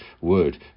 word